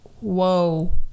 whoa